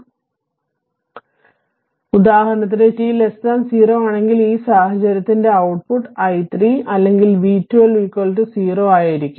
അതിനാൽ ഉദാഹരണത്തിന് t0 ആണെങ്കിൽ ഈ സാഹചര്യത്തിൽ ഔട്ട്പുട്ട് i 3 അല്ലെങ്കിൽ v12 0 ആയിരിക്കും